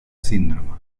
síndrome